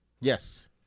yes